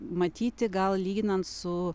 matyti gal lyginant su